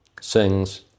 sings